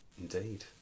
Indeed